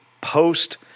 post